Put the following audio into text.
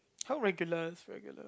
how regular is regular